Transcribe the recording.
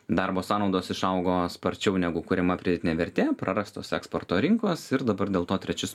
darbo sąnaudos išaugo sparčiau negu kuriama pridėtinė vertė prarastos eksporto rinkos ir dabar dėl to trečius